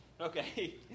Okay